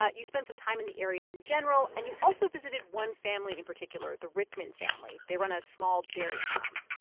ah you spent some time in the area in general. and you also visited one family in particular, the rieckmann family. they run a small dairy farm